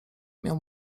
miał